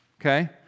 okay